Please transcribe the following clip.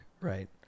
right